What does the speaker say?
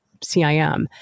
CIM